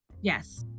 Yes